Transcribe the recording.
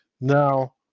Now